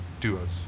duos